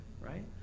right